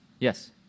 Yes